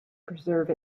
preserve